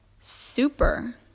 super